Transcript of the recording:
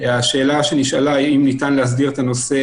השאלה שנשאלה האם ניתן להסדיר את הנושא